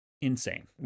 insane